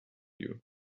you